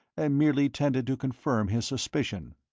and merely tended to confirm his suspicion.